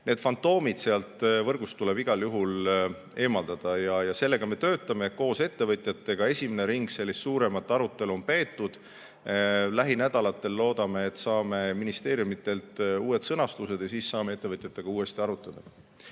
Need fantoomid tuleb võrgust igal juhul eemaldada ja selle kallal me koos ettevõtjatega töötame. Esimene ring sellist suuremat arutelu on peetud. Lähinädalatel loodame saada ministeeriumidelt uued sõnastused ja siis saame ettevõtjatega uuesti arutada.